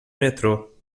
metrô